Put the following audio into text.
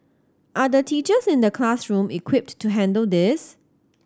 are the teachers in the classroom equipped to handle this